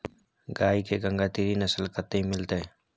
गाय के गंगातीरी नस्ल कतय मिलतै?